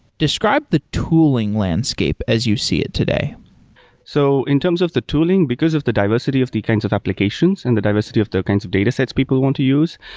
describe the tooling landscape as you see it today so in terms of the tooling, because of the diversity of the kinds of applications and the diversity of the kinds of datasets people want to use,